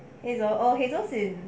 hazel oh hazel in